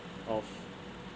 of